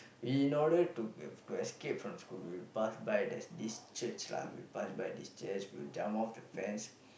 we noted to escape from school we'll pass by the this church we will pass by this church we will jump off the fence